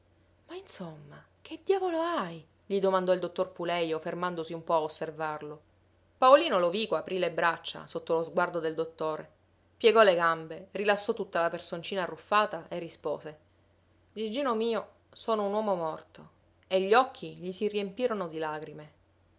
ma insomma che diavolo hai gli domandò il dottor pulejo fermandosi un po a osservarlo paolino lovico aprì le braccia sotto lo sguardo del dottor piegò le gambe rilassò tutta la personcina arruffata e rispose gigino mio sono un uomo morto e gli occhi gli si riempirono di lagrime